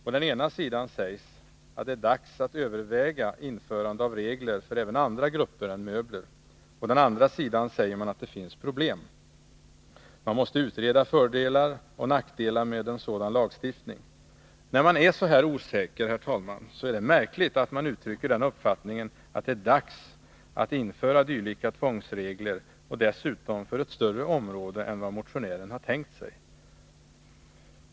Å den ena sidan sägs att det är dags att överväga införande av regler för även andra grupper än möbler. Å den andra sidan säger man att det finns problem. Man måste utreda fördelar och nackdelar med en sådan lagstiftning. När man är så osäker, är det märkligt att man uttrycker den uppfattningen att det är dags att införa dylika tvångsregler, dessutom för ett större område än vad motionären har tänkt sig.